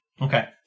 Okay